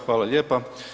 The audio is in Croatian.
Hvala lijepa.